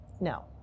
No